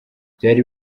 byari